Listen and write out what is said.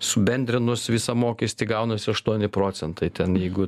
subendrinus visą mokestį gaunasi aštuoni procentai ten jeigu